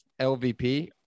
LVP